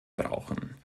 brauchen